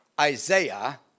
Isaiah